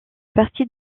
partie